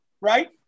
right